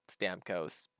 Stamkos